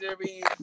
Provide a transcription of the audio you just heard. series